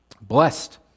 blessed